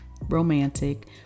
romantic